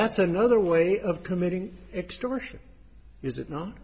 that's another way of committing extortion is it no